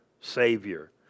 Savior